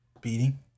beating